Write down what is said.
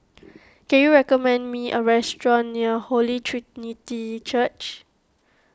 can you recommend me a restaurant near Holy Trinity Church